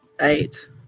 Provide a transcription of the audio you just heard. Eight